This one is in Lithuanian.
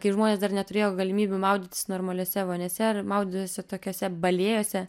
kai žmonės dar neturėjo galimybių maudytis normaliose voniose maudydavosi tokiose balėjose